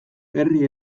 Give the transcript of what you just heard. herri